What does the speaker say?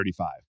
35